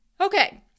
Okay